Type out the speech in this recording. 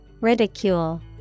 Ridicule